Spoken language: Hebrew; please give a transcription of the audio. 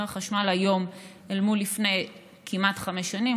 החשמל היום אל מול לפני כמעט חמש שנים,